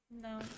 No